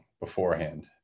beforehand